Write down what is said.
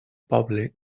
poble